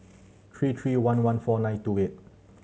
three three one one four nine two eight